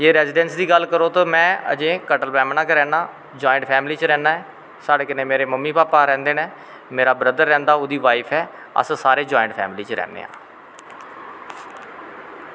residence दी गल्ल करो तां में अजें कटर ब्रैह्मणा गै रैह्न्ना जाईट फैमली कन्नै रैह्न्ना ऐ साढ़े कन्नै मेरे मम्मी भापा रैंह्दे नै मेरा ब्रदर रैंह्दा ओह्दी बाईफ ऐ अस सारे जाईंट फैमली च रैह्ने आं